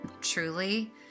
truly